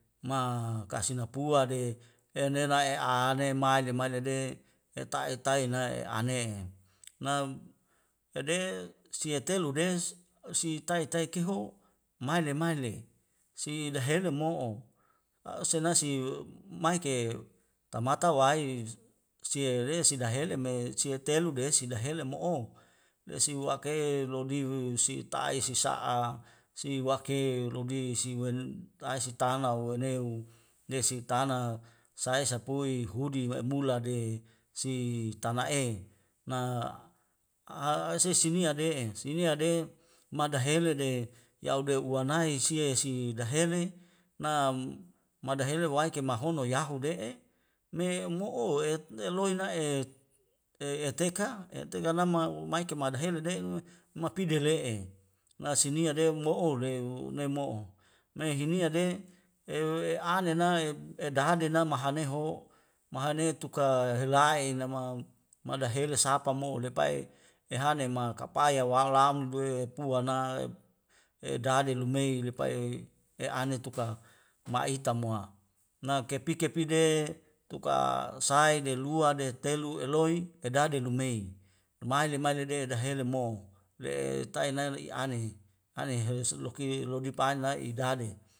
Ma kasina puade e nena'e ane maja maja de eta'e taina e ane laum dede siatelu des si tai tai keho male male si daheno mo'o a'u senasi maike tamata wai sia re si dahelem e sia telu dehesi dahele mo'o la siwaka'e lodi wiu si tai si sa'a. siwake lodi siwai walelai tana wawame'u si sa'a si wake lodi siwaeae sitana waaneu u lesitanah sai sapui hudi we bula de si tana'e na a sesinia de'e sini de'e madahele dede yau de unai sia si dahele na ma dahele wai ke mahono yahude'e me omo'o et yaloit na'et e etteka eteteka e tekala mau mai ke madahele le'un mahpidel le'e nasi nia de mo'o leo nei mo'o nai hiniar de e we aninai e daden a mahaneho mahane tuka helai nama mada heles sapa mo lepai ehanema kapaya walamde puana e dade `lumei lepay e'ane tuka ma'itamoa na kepikir pide tukang say de luar de telu eloi dadae lumei mai lae mai le dede mo dahelem mo le taina na i'anin anin husloki lodi pae nai i dade